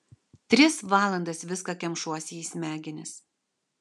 tris valandas viską kemšuosi į smegenis